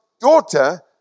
daughter